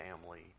family